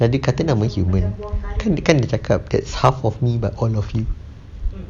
tadi kata nama human kan kan dia cakap half of me but on your feet